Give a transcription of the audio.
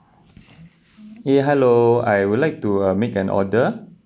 ya hello I would like to uh make an order